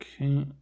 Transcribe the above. Okay